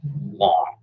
long